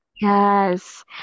Yes